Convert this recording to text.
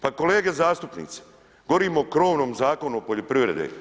Pa kolege zastupnici, govorim o krovnom Zakonu o poljoprivredi.